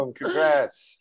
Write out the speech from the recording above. Congrats